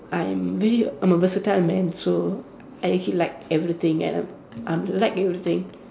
I'm really I'm a versatile man so I actually like everything and I'm I'm like you were saying